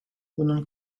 bunun